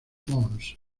mons